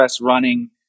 running